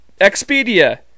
Expedia